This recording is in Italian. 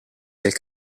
del